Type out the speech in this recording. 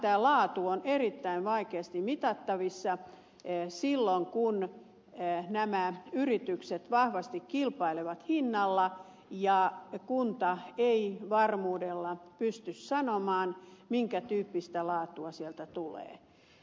nimenomaan laatu on erittäin vaikeasti mitattavissa silloin kun nämä yritykset vahvasti kilpailevat hinnalla ja kunta ei varmuudella pysty sanomaan minkä tyyppistä laatua sieltä tulee